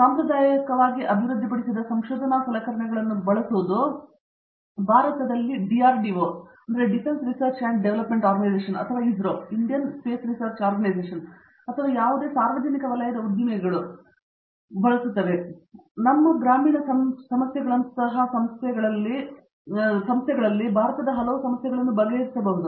ಸಾಂಪ್ರದಾಯಿಕವಾಗಿ ಅಭಿವೃದ್ಧಿಪಡಿಸಿದ ಸಂಶೋಧನಾ ಸಲಕರಣೆಗಳನ್ನು ಬಳಸುವುದು ಭಾರತದ ಡಿಆರ್ಡಿಓ ಅಥವಾ ಇಸ್ರೊ ಅಥವಾ ಯಾವುದೇ ಸಾರ್ವಜನಿಕ ವಲಯದ ಉದ್ದಿಮೆಗಳು ಅಥವಾ ನಮ್ಮ ಗ್ರಾಮೀಣ ಸಮಸ್ಯೆಗಳಂತಹ ಸಂಸ್ಥೆಗಳಿರಲಿ ಭಾರತದ ಹಲವು ಸಮಸ್ಯೆಗಳನ್ನು ಬಗೆಹರಿಸಬಹುದು